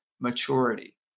maturity